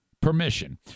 permission